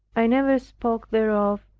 i never spoke thereof,